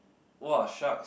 !wah! sharks